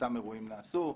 שאותם אירועים נעשו.